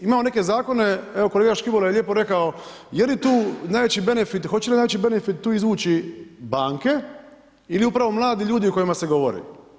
Imamo neke zakone, evo kolega Škibola je lijepo rekao, je li tu najveći benefit, hoće li najveći benefit tu izvući banke ili upravo mladi ljudi o kojima se govori?